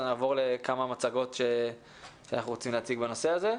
נעבור לכמה מצגות שאנחנו רוצים להציג בנושא הזה.